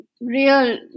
real